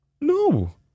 No